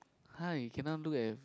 [huh] you cannot look at